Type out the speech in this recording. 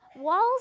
Walls